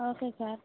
okay sir